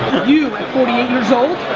you, at forty eight years old,